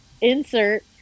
insert